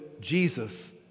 Jesus